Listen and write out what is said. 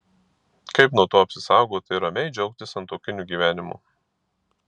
kaip nuo to apsisaugoti ir ramiai džiaugtis santuokiniu gyvenimu